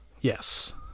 Yes